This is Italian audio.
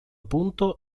punto